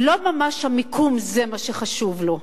לא ממש המיקום זה מה שחשוב לו.